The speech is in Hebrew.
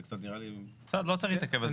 זה קצת נראה לי, בסדר, אז לא צריך להתעכב על זה.